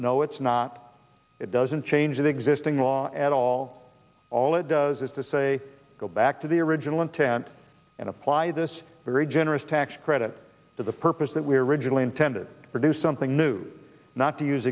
no it's not it doesn't change an existing law at all all it does is to say go back to the original intent and apply this very generous tax credit for the purpose that we originally intended to do something new not to use